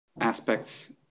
aspects